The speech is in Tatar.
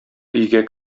өйгә